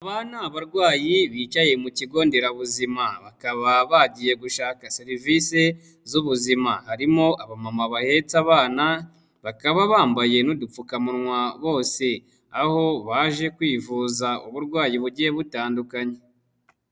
Aba ni abarwayi bicaye mu kigo nderabuzima. Bakaba bagiye gushaka serivisi z'ubuzima, harimo abamama bahetse abana, bakaba bambaye n'udupfukamunwa bose. Aho baje kwivuza uburwayi bugiye butandukanye.